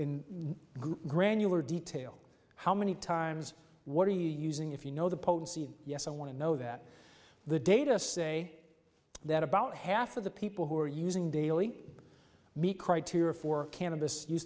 granular detail how many times what are you using if you know the potency yes i want to know that the data say that about half of the people who are using daily meet criteria for cannabis use